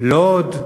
לוד,